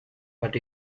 but